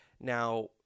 Now